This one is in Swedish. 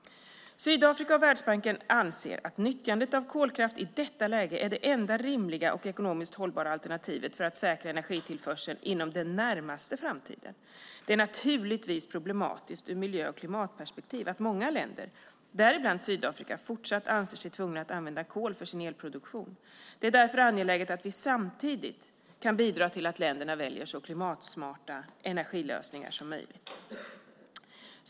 Sydafrika och Världsbanken anser att nyttjandet av kolkraft i detta läge är det enda rimliga och ekonomiskt hållbara alternativet för att säkra energitillförseln inom den närmaste framtiden. Det är naturligtvis problematiskt ur miljö och klimatperspektiv att många länder, däribland Sydafrika, fortsatt anser sig tvungna att använda kol för sin elproduktion. Det är därför angeläget att vi samtidigt kan bidra till att länderna väljer så klimatsmarta energilösningar som möjligt.